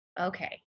Okay